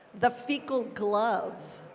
the fecal glove.